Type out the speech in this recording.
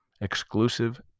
Exclusive